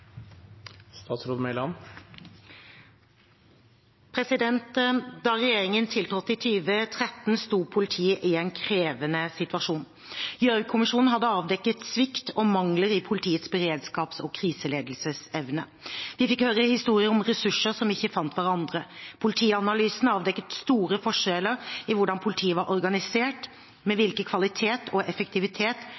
Da regjeringen tiltrådte i 2013, sto politiet i en krevende situasjon. Gjørv-kommisjonen hadde avdekket svikt og mangler i politiets beredskaps- og kriseledelsesevne. Vi fikk høre historier om ressurser som ikke fant hverandre. Politianalysen avdekket store forskjeller i hvordan politiet var organisert, med